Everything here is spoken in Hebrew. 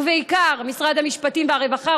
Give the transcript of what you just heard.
ובעיקר משרדי המשפטים והרווחה,